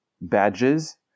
badges